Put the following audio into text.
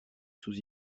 sous